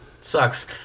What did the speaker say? Sucks